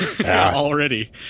already